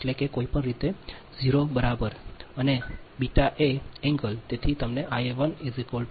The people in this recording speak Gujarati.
એટલે કે કોઈપણ રીતે 0 બરાબર અને B એ એંગલ